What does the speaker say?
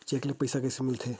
Cheque ले पईसा कइसे मिलथे?